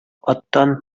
аттан